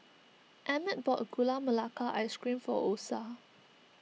Emmett bought Gula Melaka Ice Cream for Osa